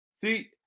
see